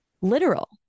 literal